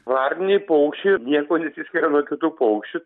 varniniai paukščiai niekuo nesiskiria nuo kitų paukščių